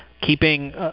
keeping